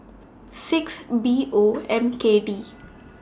six B O M K D